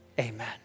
Amen